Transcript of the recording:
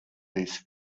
this